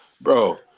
Bro